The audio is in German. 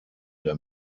der